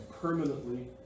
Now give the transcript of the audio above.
permanently